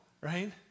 right